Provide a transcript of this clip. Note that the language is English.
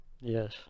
Yes